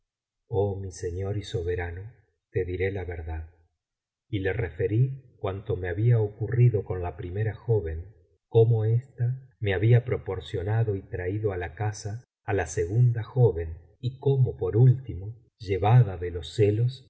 oh mi señor y soberano te diré la verdad y le referí cuanto me había ocurrido con la primera joven cómo ésta me había proporcionado y traído á la casa á la segunda joven y cómo por ultimo llevada de los celos